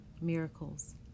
miracles